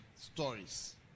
stories